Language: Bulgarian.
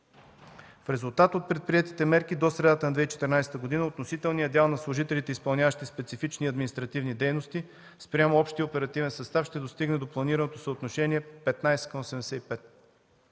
В резултат от предприетите мерки до средата на 2014 г. относителният дял на служителите, изпълняващи специфични административни дейности, спрямо общия оперативен състав, ще достигне до планираното съотношение 15